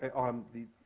on the